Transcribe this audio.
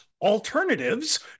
alternatives